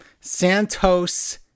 Santos